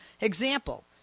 Example